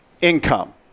income